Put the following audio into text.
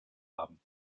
haben